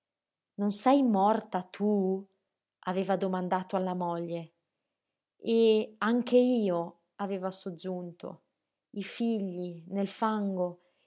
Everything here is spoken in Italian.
non sei morta tu aveva domandato alla moglie e anche io aveva soggiunto i figli nel fango